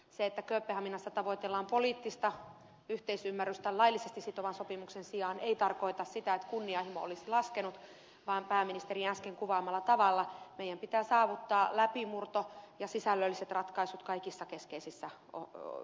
se että kööpenhaminassa tavoitellaan poliittista yhteisymmärrystä laillisesti sitovan sopimuksen sijaan ei tarkoita sitä että kunnianhimo olisi laskenut vaan pääministerin äsken kuvaamalla tavalla meidän pitää saavuttaa läpimurto ja sisällölliset ratkaisut kaikissa keskeisissä kohdissa